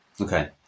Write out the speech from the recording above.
Okay